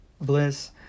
bliss